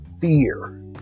fear